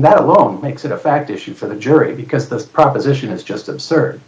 that alone makes it a fact issue for the jury because the proposition is just absurd